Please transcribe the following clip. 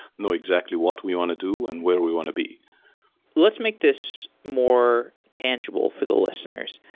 know exactly what we want to do and where we want to be let's make this more tangible for the listeners.